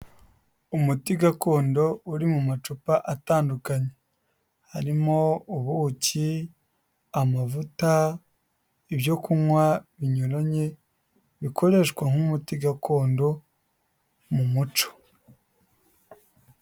Umuti gakondo uri mu macupa atandukanye, harimo ubuki, amavuta, ibyo kunywa binyuranye bikoreshwa nk'umuti gakondo mu muco.